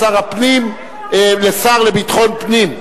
משר הפנים לשר לביטחון פנים.